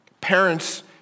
Parents